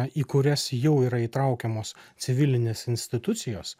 į kurias jau yra įtraukiamos civilinės institucijos